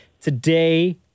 today